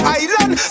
island